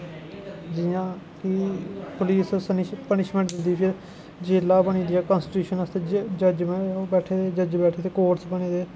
जि'यां कि पुलस पुनिशमैंट दिंदी फिर जेलां बनी दियां कांस्टिट्युशन आस्तै जज्ज बैठे दे कोर्ट बने दे